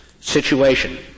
situation